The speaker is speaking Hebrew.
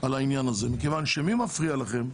על העניין הזה מכיוון שמי מפריע לכם?